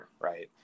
right